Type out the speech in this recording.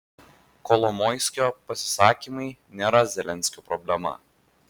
kolomoiskio pasisakymai nėra zelenskio problema